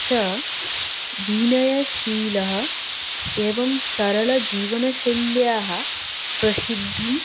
सः विनयशीलः एवं स्सरलजीवनशैल्याः प्रसिद्धं